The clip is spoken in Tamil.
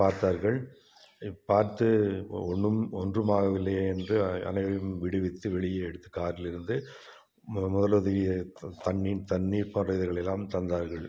பார்த்தார்கள் பார்த்து ஒன்றும் ஒன்றும் ஆகவில்லையே என்று அனைவரையும் விடுவித்து வெளியே எடுத்து காரிலிருந்து முதலுதவி தண்ணீர் தண்ணீர் போன்றவைகளெல்லாம் தந்தார்கள்